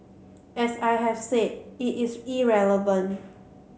as I have said it is irrelevant